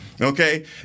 Okay